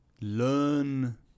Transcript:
learn